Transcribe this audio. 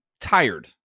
tired